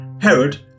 herod